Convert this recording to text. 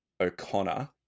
O'Connor